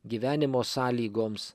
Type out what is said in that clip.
gyvenimo sąlygoms